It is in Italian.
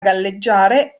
galleggiare